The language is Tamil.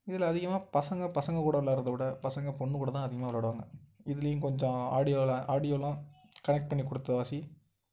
இதில் அதிகமாக பசங்கள் பசங்கள் கூட விளாட்றத விட பசங்கள் பொண்ணு கூட தான் அதிகமாக விளாடுவாங்க இதுலேயும் கொஞ்சம் ஆடியோலாம் ஆடியோலாம் கனெக்ட் பண்ணி கொடுத்தவாசி